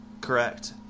Correct